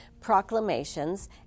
proclamations